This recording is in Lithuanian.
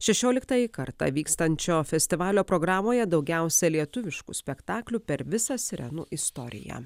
šešioliktąjį kartą vykstančio festivalio programoje daugiausia lietuviškų spektaklių per visą sirenų istoriją